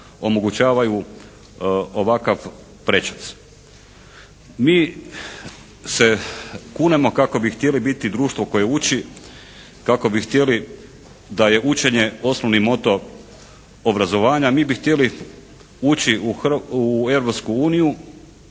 omogućavaju ovakav prečac. Mi se kunemo kako bi htjeli biti društvo koje uči, kako bi htjeli da je učenje osnovni moto obrazovanja. Mi bi htjeli ući u Europsku uniju,